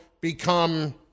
become